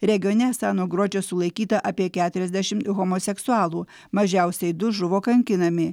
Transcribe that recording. regione nuo gruodžio sulaikyta apie keturiasdešim homoseksualų mažiausiai du žuvo kankinami